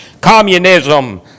communism